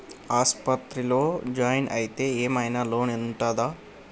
ఆస్పత్రి లో జాయిన్ అయితే ఏం ఐనా లోన్ ఉంటదా?